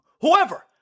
Whoever